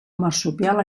marsupial